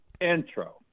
intro